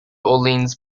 orleans